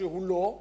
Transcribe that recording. והוא לא,